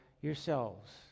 yourselves